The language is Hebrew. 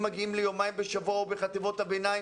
מגיעים ליומיים בשבוע או בחטיבות הביניים,